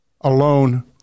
alone